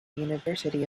university